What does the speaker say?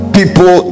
People